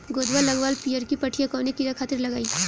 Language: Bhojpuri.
गोदवा लगवाल पियरकि पठिया कवने कीड़ा खातिर लगाई?